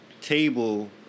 table